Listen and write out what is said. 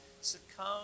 succumb